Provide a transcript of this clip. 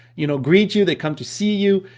you know, greet you they come to see you,